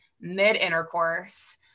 mid-intercourse